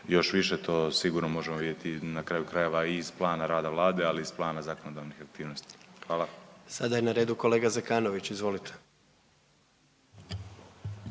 još više, to sigurno možemo vidjeti na kraju krajeva, iz plana rada Vlade, ali i iz plana zakonodavnih aktivnosti. Hvala. **Jandroković, Gordan